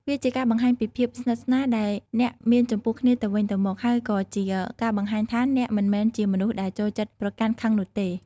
វាជាការបង្ហាញពីភាពស្និទ្ធស្នាលដែលអ្នកមានចំពោះគ្នាទៅវិញទៅមក ហើយក៏ជាការបង្ហាញថាអ្នកមិនមែនជាមនុស្សដែលចូលចិត្តប្រកាន់ខឹងនោះទេ។